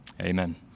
Amen